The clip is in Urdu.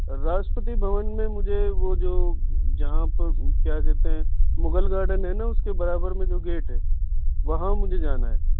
راشٹرپتی بھون میں مجھے وہ جو جہاں پر کیا کہتے ہیں مغل گارڈن ہے نہ اس کے برابر میں جو گیٹ ہے وہاں مجھے جانا ہے